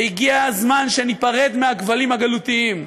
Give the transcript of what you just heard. הגיע הזמן שניפרד מהכבלים הגלותיים,